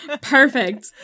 Perfect